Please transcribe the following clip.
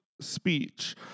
speech